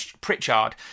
Pritchard